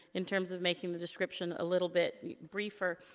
in terms of making the description a little bit briefer.